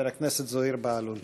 חבר הכנסת זוהיר בהלול.